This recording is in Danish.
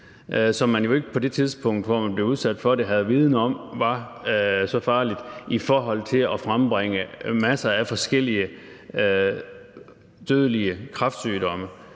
som man jo ikke på det tidspunkt, hvor man blev udsat for det, havde viden om var så farligt i forhold til at frembringe masser af forskellige dødelige kræftsygdomme,